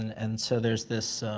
and and so there's this,